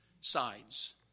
sides